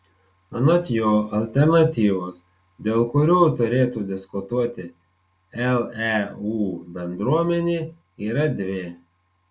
anot jo alternatyvos dėl kurių turėtų diskutuoti leu bendruomenė yra dvi